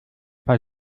bei